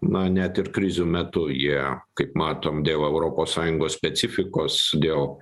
na net ir krizių metu jie kaip matom dėl europos sąjungos specifikos dėl